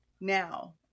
Now